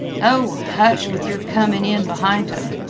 oh, hush, with your comin' in behint em.